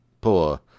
poor